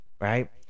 right